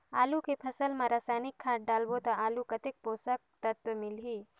आलू के फसल मा रसायनिक खाद डालबो ता आलू कतेक पोषक तत्व मिलही?